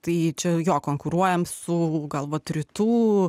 tai čia jo konkuruojam su gal vat rytų